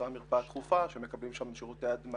אותה מרפאה דחופה שמקבלים שם שירותי הדמיה,